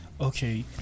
okay